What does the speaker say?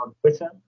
Twitter